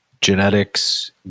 genetics